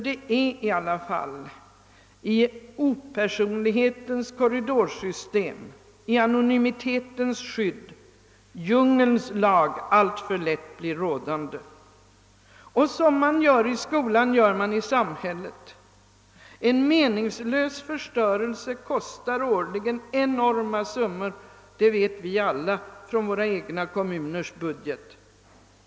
Det är i alla fall i opersonlighetens korridorsystem, i anonymitetens skydd som djungelns lag alltför lätt blir rådande. Och som man gör i skolan gör man i samhället. En meningslös förstörelse kostar årligen enorma summor, det vet vi alla från vår egen kommuns budget.